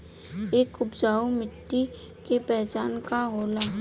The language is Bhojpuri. एक उपजाऊ मिट्टी के पहचान का होला?